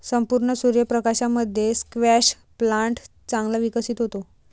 संपूर्ण सूर्य प्रकाशामध्ये स्क्वॅश प्लांट चांगला विकसित होतो